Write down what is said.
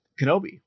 Kenobi